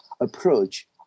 approach